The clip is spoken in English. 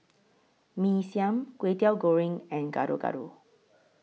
Mee Siam Kway Teow Goreng and Gado Gado